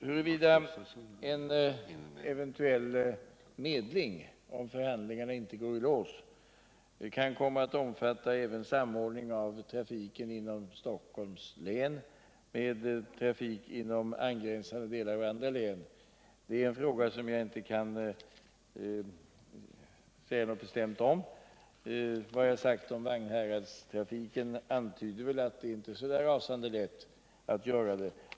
Huruvida en eventuell medling — om förhandlingarna inte går i lås — kan komma att omfatta även samordningen av trafiken inom Stockholms län med trafiken i de angränsande delarna av andra län kan jag inte säga något bestämt om. Vad jag sagt om Vagnhäradstrafiken antyder att det inte är så rasande lätt att åstadkomma sådana lösningar.